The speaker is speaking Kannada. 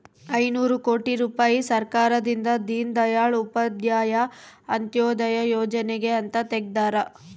ಐನೂರ ಕೋಟಿ ರುಪಾಯಿ ಸರ್ಕಾರದಿಂದ ದೀನ್ ದಯಾಳ್ ಉಪಾಧ್ಯಾಯ ಅಂತ್ಯೋದಯ ಯೋಜನೆಗೆ ಅಂತ ತೆಗ್ದಾರ